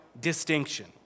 distinction